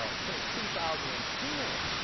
ah since two thousand and ten,